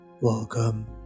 welcome